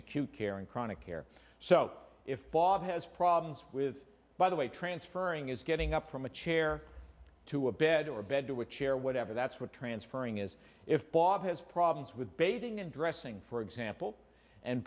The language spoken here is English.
acute care and chronic care so if bob has problems with by the way transferring is getting up from a chair to a bed or bed to a chair whatever that's what transferring is if bob has problems with bathing and dressing for example and